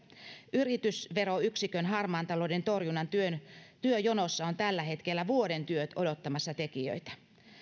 yritysveroyksikön harmaan talouden torjunnan työjonossa on tällä hetkellä vuoden työt odottamassa tekijöitä